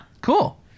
Cool